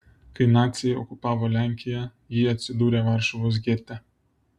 kai naciai okupavo lenkiją ji atsidūrė varšuvos gete